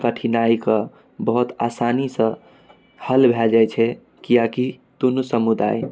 कठिनाइके बहुत आसानीसँ हल भए जाइ छै किएकि दुनू समुदाय